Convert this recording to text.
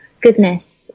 goodness